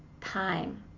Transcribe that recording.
Time